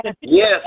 Yes